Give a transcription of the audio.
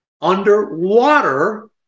underwater